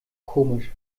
komisch